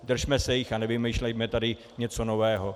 Držme se jich a nevymýšlejme tady něco nového.